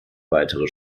weitere